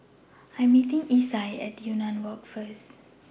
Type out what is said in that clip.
I Am meeting Isai At Yunnan Walk First